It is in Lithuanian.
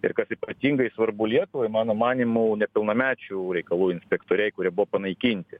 ir kad ypatingai svarbu lietuvai mano manymu nepilnamečių reikalų inspektoriai kurie buvo panaikinti